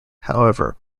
however